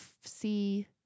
see